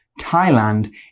Thailand